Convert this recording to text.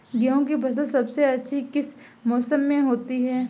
गेंहू की फसल सबसे अच्छी किस मौसम में होती है?